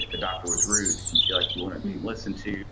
if the doctor was rude, if you feel like you weren't being listened to,